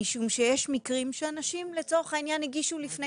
משום שיש מקרים שאנשים לצורך העניין הגישו לפני